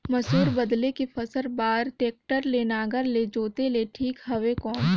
मसूर बदले के फसल बार टेक्टर के नागर ले जोते ले ठीक हवय कौन?